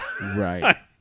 Right